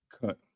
cut